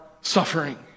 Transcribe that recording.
suffering